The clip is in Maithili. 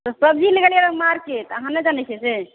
सब्जी ला गेल रहियै मार्केट अहाँ नहि जानै छी से